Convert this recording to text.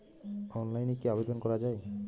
অনলাইনে কি আবেদন করা য়ায়?